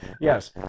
yes